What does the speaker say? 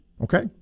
Okay